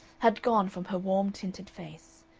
had gone from her warm-tinted face.